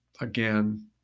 again